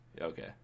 Okay